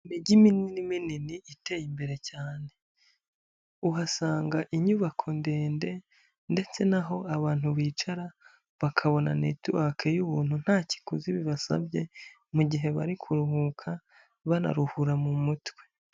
Imijyi minini minini iteye imbere cyane uhasanga inyubako ndende ndetse naho abantu bicara bakabona netuwake y'ubuntu nta kiguzi bibasabye mu gihe bari kuruhuka banaruhura mu mutwe.